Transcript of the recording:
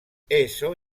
esso